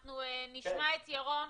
אנחנו נשמע את ירון,